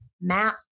map